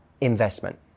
investment